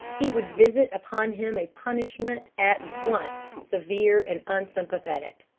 he would visit upon him a punishment at once severe and unsympathetic.